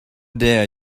dare